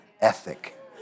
ethic